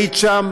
היית שם